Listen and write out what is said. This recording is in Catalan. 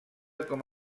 com